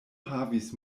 havis